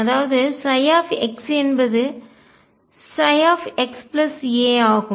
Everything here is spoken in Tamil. அதாவது ψ என்பது xa ஆகும்